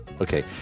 Okay